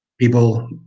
people